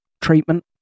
treatment